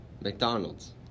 McDonald's